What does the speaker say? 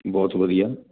ਬਹੁਤ ਵਧੀਆ